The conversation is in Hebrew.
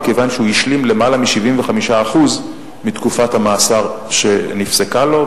כיוון שהוא השלים למעלה מ-75% מתקופת המאסר שנפסקה לו,